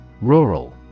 Rural